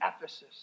Ephesus